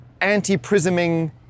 anti-prisming